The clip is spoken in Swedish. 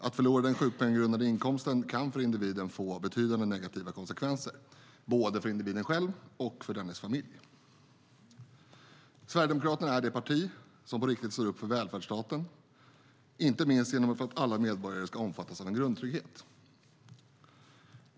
Att förlora den sjukpenninggrundande inkomsten kan få betydande negativa konsekvenser både för individen själv och för dennes familj. Sverigedemokraterna är det parti som på riktigt står upp för välfärdsstaten, inte minst genom att alla medborgare ska omfattas av en grundtrygghet.